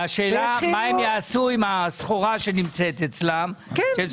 השאלה מה הם יעשו עם הסחורה שנמצאת אצלם שהם צריכים למכור?